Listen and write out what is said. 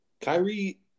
Kyrie